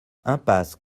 impasse